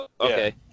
Okay